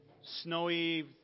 snowy